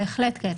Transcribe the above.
בהחלט כן.